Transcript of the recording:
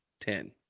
Ten